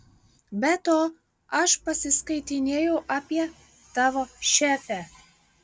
be to aš pasiskaitinėjau apie tavo šefę